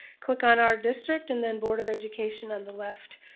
click on our district and then board of education on the left.